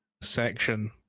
section